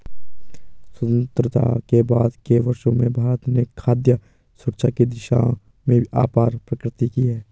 स्वतंत्रता के बाद के वर्षों में भारत ने खाद्य सुरक्षा की दिशा में अपार प्रगति की है